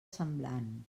semblant